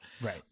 Right